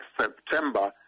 September